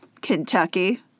Kentucky